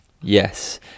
yes